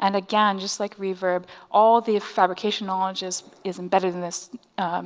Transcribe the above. and again just like reverb, all the fabrication knowledge is is embedded in this